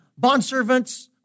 Bondservants